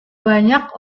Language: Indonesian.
banyak